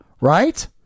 right